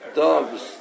dogs